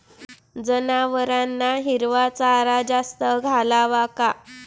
जनावरांना हिरवा चारा जास्त घालावा का?